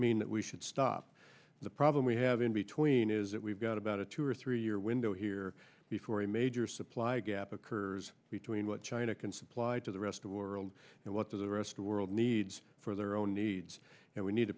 mean that we should stop the problem we have in between is it we've got about a two or three year window here before a major supply gap occurs between what china can supply to the rest of the world and what the rest of the world needs for their own needs and we need to